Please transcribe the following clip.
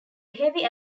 heavy